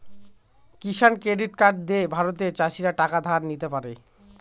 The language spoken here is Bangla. কিষান ক্রেডিট কার্ড দিয়ে ভারতের চাষীরা টাকা ধার নিতে পারে